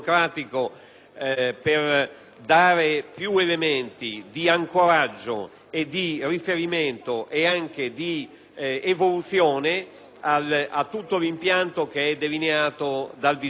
per dare più elementi di ancoraggio e di riferimento nonché di evoluzione a tutto l'impianto delineato dal disegno di legge.